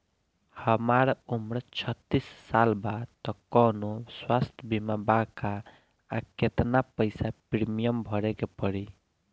हमार उम्र छत्तिस साल बा त कौनों स्वास्थ्य बीमा बा का आ केतना पईसा प्रीमियम भरे के पड़ी?